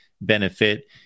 benefit